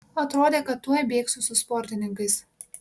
atrodė kad tuoj bėgsiu su sportininkais